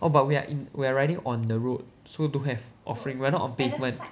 oh but we are in we are riding on the road so don't have offering we are not on pavement